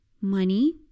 Money